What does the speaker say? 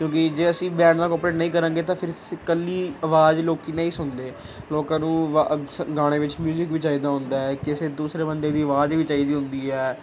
ਕਿਉਂਕਿ ਜੇ ਅਸੀਂ ਬੈਂਡ ਨਾਲ ਕੋਪਰੇਟ ਨਹੀਂ ਕਰਾਂਗੇ ਤਾਂ ਫਿਰ ਸ ਇਕੱਲੀ ਆਵਾਜ਼ ਲੋਕ ਨਹੀਂ ਸੁਣਦੇ ਲੋਕਾਂ ਨੂੰ ਵ ਗਾਣੇ ਵਿੱਚ ਮਿਊਜ਼ਿਕ ਵੀ ਚਾਹੀਦਾ ਹੁੰਦਾ ਹੈ ਕਿਸੇ ਦੂਸਰੇ ਬੰਦੇ ਦੀ ਅਵਾਜ਼ ਵੀ ਚਾਹੀਦੀ ਹੁੰਦੀ ਹੈ